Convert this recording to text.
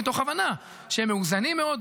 מתוך הבנה שהם מאוזנים מאוד,